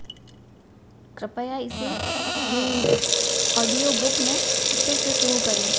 कृपया इसे audio book में फिर से शुरू करें